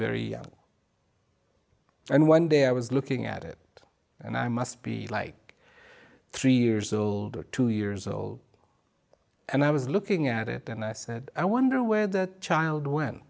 very young and one day i was looking at it and i must be like three years old or two years old and i was looking at it and i said i wonder where that child wen